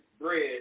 bread